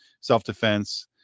self-defense